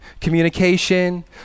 Communication